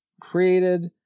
created